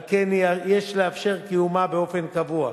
על כן יש לאפשר את קיומה באופן קבוע.